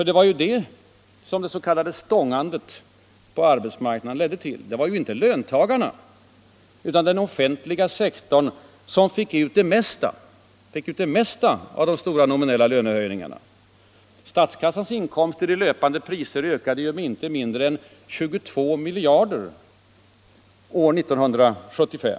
Det var ju detta som det s.k. stångandet på arbetsmarknaden ledde till. Det var ju inte löntagarna utan den offentliga sektorn som fick ut det mesta av de stora nominella lönehöjningarna. Statskassans inkomster i löpande priser ökade med inte mindre än 22 miljarder år 1975.